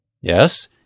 Yes